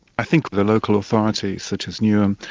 i think the local authorities, such as newham,